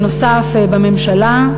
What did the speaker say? נוסף על כך,